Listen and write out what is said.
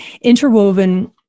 interwoven